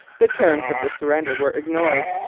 the terms of the surrender were ignored.